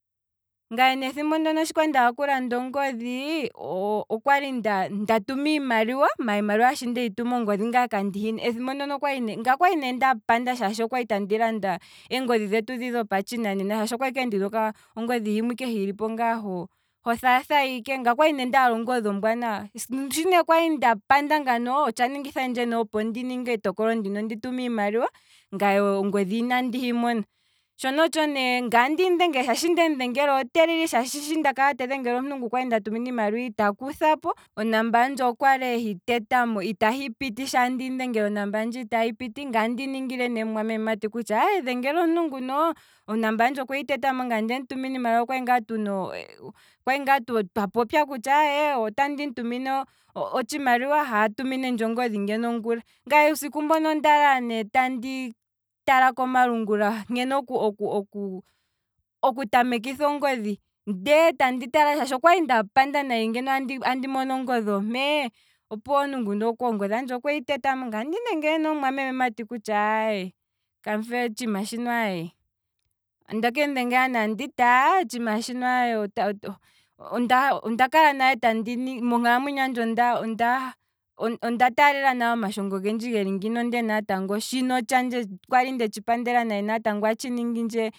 Ngaye ne ethimbo ndono shi kwali ndaala okulanda ongodhi, okwali nda tuma iimaliwa, maala iimaliwa shondeyi tuma ngaye ongodhi kandi hina, ethimbo ndono okwali ne, ngaye okwali ne ndapanda shaashi okwali tatu landa eengodhi dhino dhetu dhopa tshina nena shaashi okwali ike ndina ongodhi himwe hili po ngino ho thatha ike, nagye okwali ndaala ongodhi ombwaanawa. shi ne kwali nda panda ngano, otsha ningitha ndje opo ndi ninge etokolo ndino ndi tume iimaliwa, ngaye ongodhi inandi himona, shono otsho ne, ngaye andi mudhengele, sho ndemu dhengela ote lili shaashi shi ndakala tandi dhengele omuntu ngu nda tumina iimaliwa ita kuthapo, onamba handje okwali ehi teta mo, sho taandi mudhengele itahi piti okwali ehi teta mo, ngaye andi ningile omumwameme mati kutya aye dhengela omuntu nguno ngaye ongodhi handje itahi piti ngaye ondemu tumina iimaliwa, kwali ngaa twa popya kutya aye, otandi mutumine otshimaliwa he atuminendje ongodhi ngeno ngula, ngaye uusiku mbono onda lala ne tandi tala komalungula, okwali nda panda shaashi otandi mono ongodhi ompe, opuwo omuntu nguno ongodhi handje okwehi tetamo, ngaye otandi dhengele ne omumwameme mati kutya aaye, kamufe otshiima shino aye, otandi kemu dhengela kutya otshiima shino aaye, onda kala nale tandi, monkalamwenyo handje onda onda onda taalela nale omashongo geli ngino ndele natango shino tshandje kwali ndetshi pandela nawa atshi ningindje